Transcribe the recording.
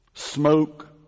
Smoke